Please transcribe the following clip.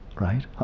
right